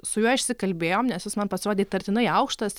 su juo išsikalbėjom nes jis man pasirodė įtartinai aukštas